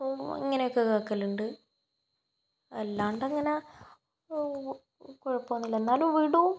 പോകുമ്പോൾ ഇങ്ങനെയൊക്കെ കേൾക്കലുണ്ട് അല്ലാണ്ടങ്ങനെ കുഴപ്പമൊന്നുമില്ല എന്നാലും വിടും